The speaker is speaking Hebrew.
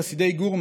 חסידי גור,